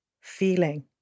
feeling